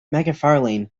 macfarlane